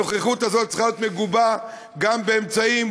הנוכחות הזאת צריכה להיות מגובה גם באמצעים,